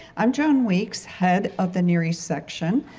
i'm joan weeks, head of the near east section,